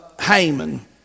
Haman